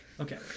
okay